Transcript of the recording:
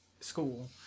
school